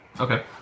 Okay